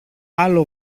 άλλο